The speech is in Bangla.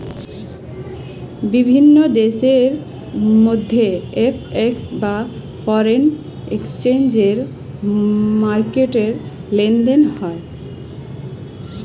বিভিন্ন দেশের মুদ্রা এফ.এক্স বা ফরেন এক্সচেঞ্জ মার্কেটে লেনদেন হয়